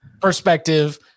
perspective